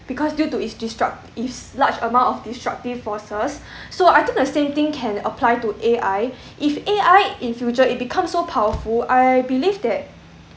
because due to its disrupt its large amount of disruptive forces so I think the same thing can apply to A_I if A_I in future it become so powerful I believe that